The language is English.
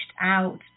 out